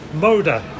Moda